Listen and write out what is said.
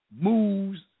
moves